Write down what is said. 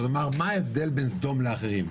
אז הוא אמר: מה ההבדל בין סדום לאחרים?